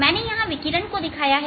मैंने यहां विकिरण को दिखाया है